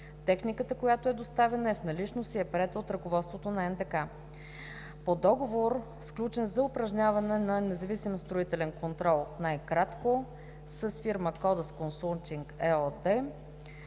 Техниката, която е доставена, е в наличност и е приета от ръководството на НДК. - по договор, сключен за упражняване на независим строителен контрол, най-кратко, с фирма „Кодас